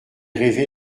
rêvé